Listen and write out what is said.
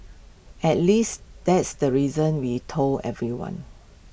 at least that's the reason we told everyone